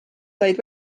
said